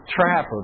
trap